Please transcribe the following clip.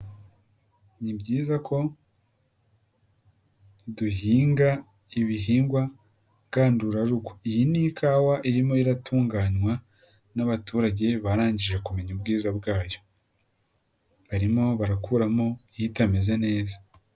Ni byiza ko duhinga ibihingwa ngandurarugo, iyi ni ikawa irimo iratunganywa n'abaturage barangije kumenya ubwiza bwayo, barimo barakuramo itameze neza.